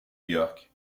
york